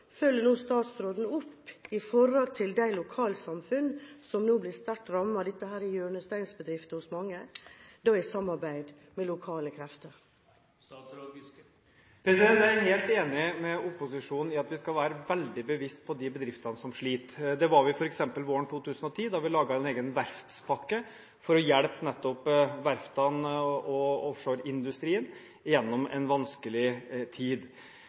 følger statsråden opp i forhold til de lokalsamfunn som nå blir sterkt rammet – dette er hjørnestensbedrifter for mange – i samarbeid med lokale krefter? Jeg er helt enig med opposisjonen i at vi skal være veldig bevisst på de bedriftene som sliter. Det var vi f.eks. våren 2010, da vi laget en egen verftspakke for nettopp å hjelpe verftene og offshoreindustrien gjennom en vanskelig tid.